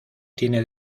tiene